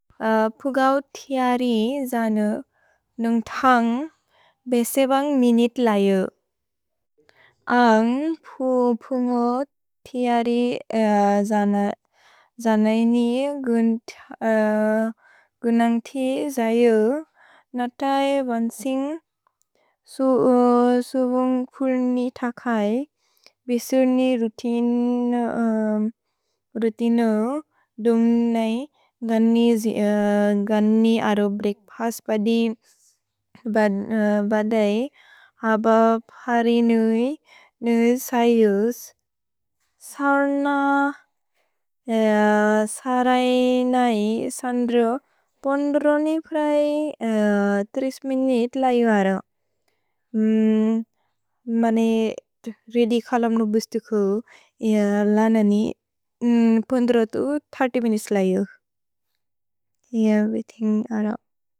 पुगौत् तिअरि जन नुन्ग् थन्ग् बेसेबन्ग् मिनित् लैअ। अन्ग् पुन्गुत् तिअरि जन नि गुनन्ग्थि जय। नतय् वन् सिन्ग् सुबुन्ग् पुल्नि थकै। भेसुर् नि रुतिनो दुम् नै। गनि अरो ब्रेअक्फस्त् बदै। अब फरि नुइ सयुस्। सरै नै सन्द्रो पोन्द्रोनि प्रए तिस् मिनित् लै वरो। मने रेअद्य् खलम्नु बुस्तु खुल्। लन नि पोन्द्रो तु तिस् मिनित् लै यु। एवेर्य्थिन्ग् अरो।